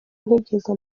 ntigeze